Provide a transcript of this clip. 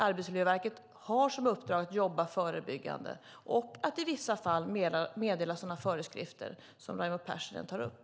Arbetsmiljöverket har som uppdrag att jobba förebyggande och att i vissa fall meddela sådana föreskrifter som Raimo Pärssinen tar upp.